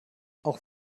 auch